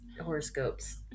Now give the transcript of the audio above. horoscopes